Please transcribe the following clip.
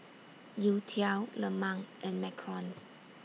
Youtiao Lemang and Macarons